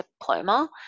diploma